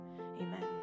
Amen